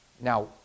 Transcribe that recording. Now